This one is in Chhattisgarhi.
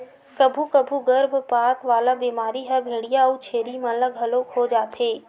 कभू कभू गरभपात वाला बेमारी ह भेंड़िया अउ छेरी मन ल घलो हो जाथे